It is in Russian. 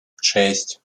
шесть